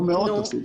אפילו לא מאות.